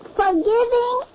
forgiving